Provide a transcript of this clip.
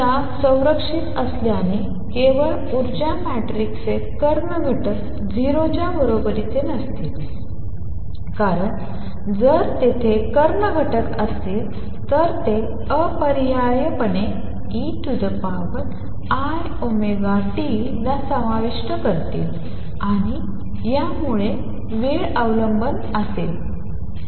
उर्जा संरक्षित असल्याने केवळ ऊर्जा मॅट्रिक्सचे कर्ण घटक 0 च्या बरोबरीचे नसतात कारण जर तेथे कर्ण घटक असतील तर ते अपरिहार्यपणे eiωt ला समाविष्ट करतील आणि यामुळे वेळ अवलंबून असेल